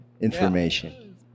information